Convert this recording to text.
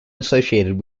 associated